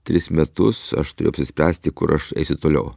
tris metus aš turiu apsispręsti kur aš eisiu toliau